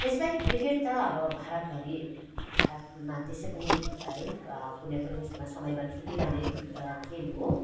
त्यसबाहेक क्रिकेट त अब भारतभरि भारतमा त्यसै पनि है कुनै पनि समयमा खेलिरहने खेल हो